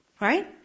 Right